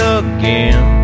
again